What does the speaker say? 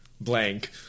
blank